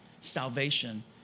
salvation